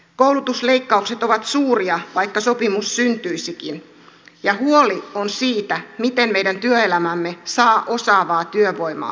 koulutusleikkaukset ovat suuria vaikka sopimus syntyisikin ja huoli on siitä miten meidän työelämämme saa osaavaa työvoimaa